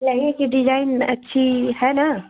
लहँगे की डिजाइन अच्छी है ना